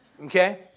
okay